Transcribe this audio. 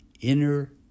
inner